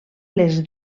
les